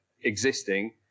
existing